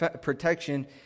protection